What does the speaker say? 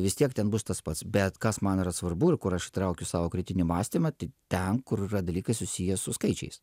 vis tiek ten bus tas pats bet kas man yra svarbu ir kur aš traukiu savo kritinį mąstymą tai ten kur yra dalykai susiję su skaičiais